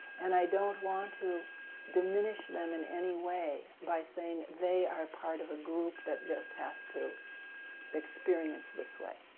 and i don't want to diminish them in any way by saying that they are part of a group that just has to experience this way